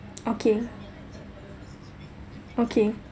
okay okay